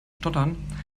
stottern